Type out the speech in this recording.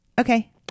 Okay